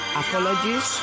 apologies